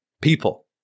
people